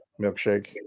Milkshake